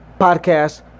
Podcast